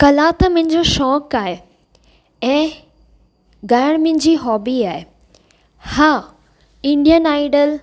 कला त मुहिंजो सहकु आहे ऐं गाएण मुहिंजी हॉबी आहे हा इंडियन आईडल